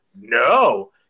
no